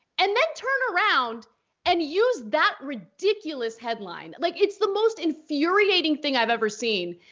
and then turn around and use that ridiculous headline? like it's the most infuriating thing i've ever seen.